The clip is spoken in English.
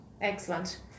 Excellent